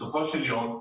בסופו של יום,